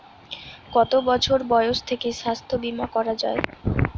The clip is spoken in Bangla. কত বছর বয়স থেকে স্বাস্থ্যবীমা করা য়ায়?